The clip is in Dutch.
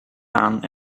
aan